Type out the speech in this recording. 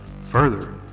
Further